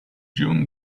june